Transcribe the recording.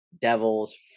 devils